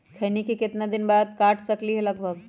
खैनी को कितना दिन बाद काट सकलिये है लगभग?